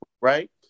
right